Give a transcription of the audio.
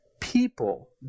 people